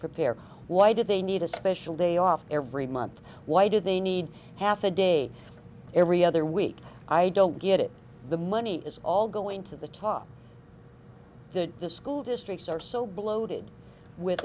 prepare why do they need a special day off every month why do they need half a day every other week i don't get it the money is all going to the top the the school districts are so bloated with